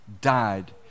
died